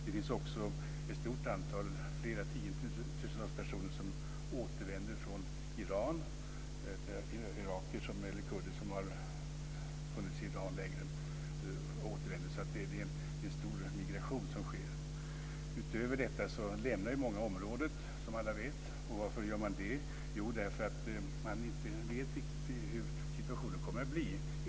Det finns också ett stort antal, flera tiotusentals personer, som återvänder från Iran. Kurder som har funnits i Iran länge återvänder, så det är en stor migration som sker. Utöver detta lämnar många området, som alla vet. Varför gör de det? Jo, därför att de inte vet riktigt hur situationen kommer att bli.